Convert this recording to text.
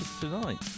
tonight